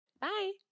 Bye